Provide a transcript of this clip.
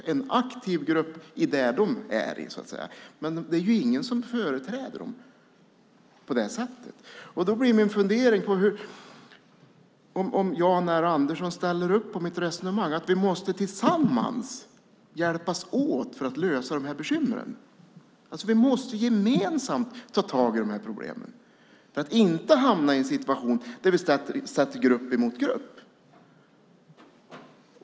De är en aktiv grupp i det de är i, men de har ingen som företräder dem. Vi måste hjälpas åt att lösa dessa bekymmer och gemensamt ta tag i problemen för att inte hamna i en situation där vi sätter grupp mot grupp.